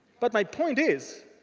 but my point is,